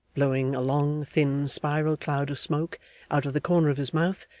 blowing a long, thin, spiral cloud of smoke out of the corner of his mouth,